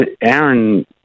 Aaron